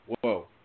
whoa